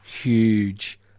huge